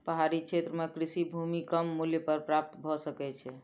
पहाड़ी क्षेत्र में कृषि भूमि कम मूल्य पर प्राप्त भ सकै छै